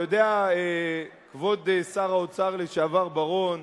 אתה יודע, כבוד שר האוצר לשעבר בר-און,